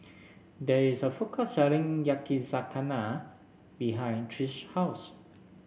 there is a food court selling Yakizakana behind Trish's house